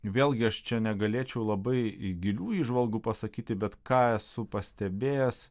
vėlgi aš čia negalėčiau labai gilių įžvalgų pasakyti bet ką esu pastebėjęs